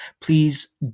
Please